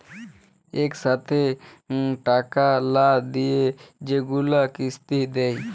ইকসাথে টাকা লা দিঁয়ে যেগুলা কিস্তি দেয়